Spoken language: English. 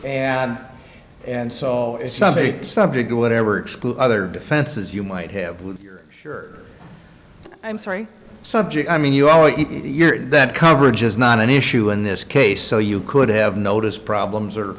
and and so all is somebody subject to whatever other defenses you might have would share i'm sorry subject i mean you always you're that coverage is not an issue in this case so you could have noticed problems or